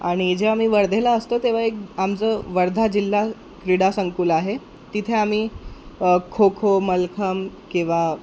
आणि जेव्हा आम्ही वर्धेला असतो तेव्हा एक आमचं वर्धा जिल्हा क्रीडा संकुल आहे तिथे आम्ही खोखो मल्लखांब किंवा